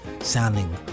Sounding